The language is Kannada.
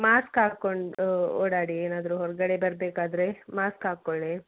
ಮಾಸ್ಕ್ ಹಾಕ್ಕೊಂಡು ಓಡಾಡಿ ಏನಾದರೂ ಹೊರಗಡೆ ಬರಬೇಕಾದ್ರೆ ಮಾಸ್ಕ್ ಹಾಕಿಕೊಳ್ಳಿ